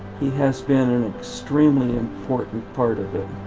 he has been an extremely important part of it,